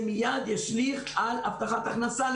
זה מייד ישליך על הבטחת הכנסה.